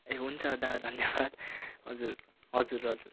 ए हुन्छ दा धन्यवाद हजुर हजुर हजुर